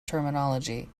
terminology